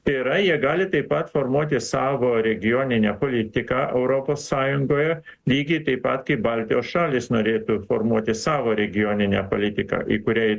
tai yra jie gali taip pat formuoti savo regioninę politiką europos sąjungoje lygiai taip pat kaip baltijos šalys norėtų formuoti savo regioninę politiką į kurią